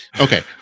okay